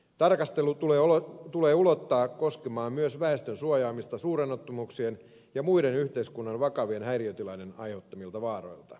tarkastelu tulee ulottaa koskemaan myös väestön suojaamista suuronnettomuuksien ja muiden yhteiskunnan vakavien häiriötilojen aiheuttamilta vaaroilta